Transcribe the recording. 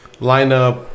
lineup